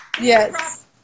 Yes